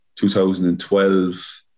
2012